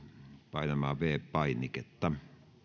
painamaan viides painiketta